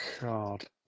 God